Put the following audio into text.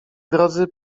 drodzy